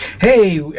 Hey